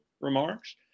remarks